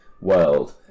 world